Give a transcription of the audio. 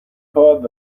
خواد